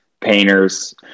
painters